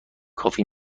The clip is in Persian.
کافی